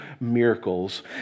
miracles